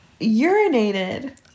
urinated